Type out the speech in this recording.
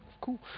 cool